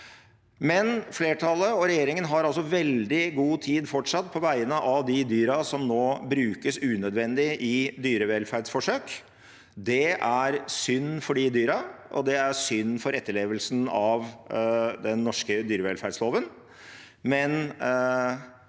Flertallet og regjeringen har altså veldig god tid – fortsatt – på vegne av de dyrene som nå brukes unødvendig i dyreforsøk. Det er synd for de dyrene, og det er synd for etterlevelsen av den norske dyrevelferdsloven.